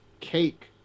Cake